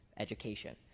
education